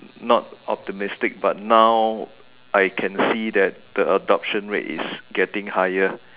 not optimistic but now I can see that the adoption rate is getting higher